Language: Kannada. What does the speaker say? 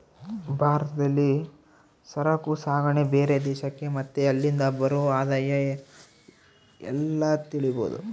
ಭಾರತದಲ್ಲಿ ಸರಕು ಸಾಗಣೆ ಬೇರೆ ದೇಶಕ್ಕೆ ಮತ್ತೆ ಅಲ್ಲಿಂದ ಬರೋ ಆದಾಯ ಎಲ್ಲ ತಿಳಿಬೋದು